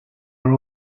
are